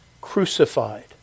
crucified